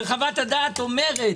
חוות הדעת אומרת